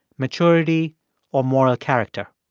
maturity or moral character.